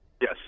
Yes